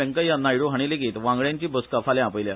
वेंकय्या नायडू हाणी लेगीत वांगड्याची बसका फाल्या आपयल्या